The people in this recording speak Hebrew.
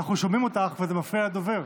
אנחנו שומעים אותך וזה מפריע לדובר.